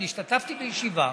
אני השתתפתי בישיבה